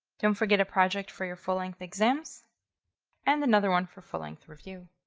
don't forget a project for your full length exams and another one for full length review.